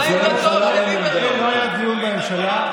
לא היה דיון בממשלה.